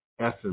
essence